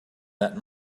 that